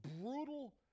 brutal